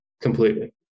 completely